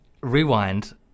Rewind